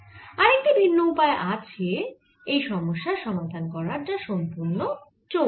আরেকটি ভিন্ন উপায় আছে এই সমস্যার সমাধান করার যা সম্পূর্ণ চৌম্বক